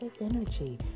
energy